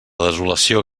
desolació